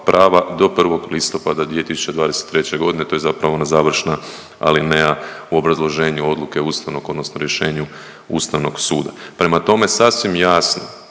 prava do 1. listopada 2023. godine. To je zapravo ona završna alineja u obrazloženju odluke ustavnog odnosno rješenju Ustavnog suda. Prema tome, sasvim jasno